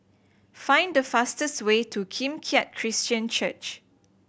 find the fastest way to Kim Keat Christian Church